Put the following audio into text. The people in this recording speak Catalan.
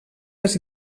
les